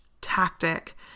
tactic